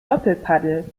doppelpaddel